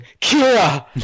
Kira